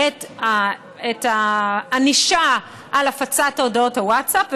את הענישה על הפצת הודעות הווטסאפ,